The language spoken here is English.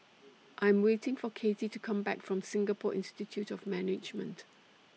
I Am waiting For Katy to Come Back from Singapore Institute of Management